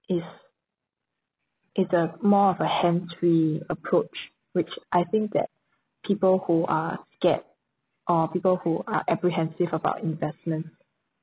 is it's a more of a hands free approach which I think that people who are scared or people who are apprehensive about investments